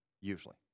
usually